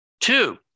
Two